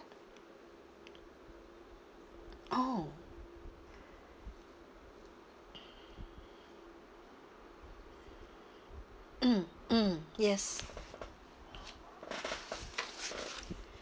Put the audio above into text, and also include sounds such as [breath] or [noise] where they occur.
oh [breath] mm mm yes